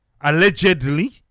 allegedly